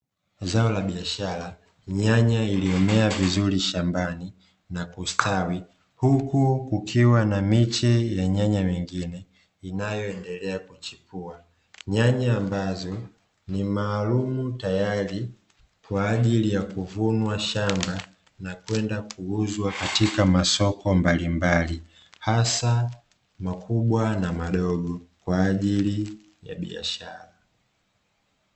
Zao la biashara, nyanya iliyomea vizuri shambani na kustawi huku kukiwa na miche ya nyanya mingine inayoendelea kuchipua. Nyanya ambazo ni maalumu tayari kwa ajili ya kuvunwa shamba na kwenda kuuzwa katika masoko mbalimbali hasa makubwa na madogo kwa ajili ya biashara.